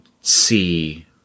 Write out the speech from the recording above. see